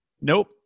Nope